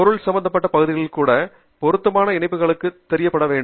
பொருள் சம்பந்தப்பட்ட பகுதிகள் கூட பொருத்தமான இணைப்புகளுக்குத் தெரிவு செய்யப்பட வேண்டும்